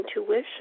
intuition